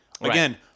Again